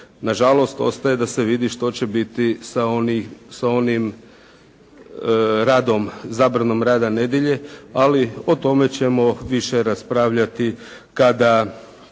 Na žalost ostaje da se vidi što će biti sa onim radom, zabranom rada nedjelje, ali o tome ćemo više raspravljati kada